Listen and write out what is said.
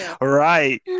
Right